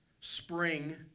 spring